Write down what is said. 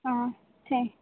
हां ठीक आहे